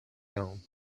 down